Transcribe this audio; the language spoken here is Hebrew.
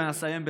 ואני אסיים בכך: